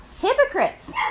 hypocrites